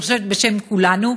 אני חושבת בשם כולנו,